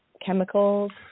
chemicals